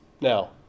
Now